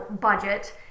budget